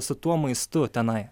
su tuo maistu tenai